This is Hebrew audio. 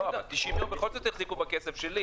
אבל 90 יום בכל זאת החזיקו בכסף שלי,